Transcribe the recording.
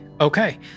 Okay